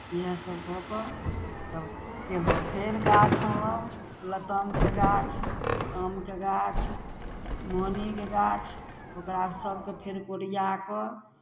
इएहसभ कऽ कऽ तब कयलहुँ फेर गाछ अनलहुँ लतामके गाछ आमके गाछ मोहनीके गाछ ओकरा सभकेँ फेर कोरिआ कऽ